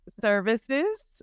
services